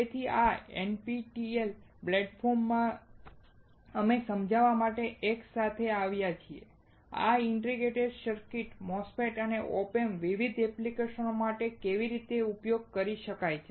તેથી આ NPTEL પ્લેટફોર્મમાં અમે સમજવા માટે એક સાથે આવ્યા છીએ આ ઇન્ટિગ્રેટેડ સર્કિટ્સ MOSFETS અને op amps વિવિધ એપ્લિકેશનો માટે કેવી રીતે ઉપયોગમાં લઈ શકાય છે